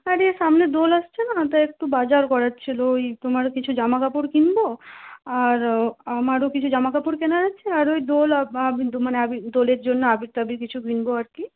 আরে সামনে দোল আসছে না তো একটু বাজার করার ছিল ওই তোমার কিছু জামাকাপড় কিনবো আর আমারও কিছু জামাকাপড় কেনার আছে আর ওই দোল মানে দোলের জন্য আবির টাবির কিছু কিনবো আর কি